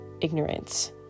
ignorance